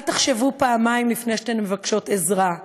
ואל תחשבו פעמיים לפני שאתן מבקשות עזרה.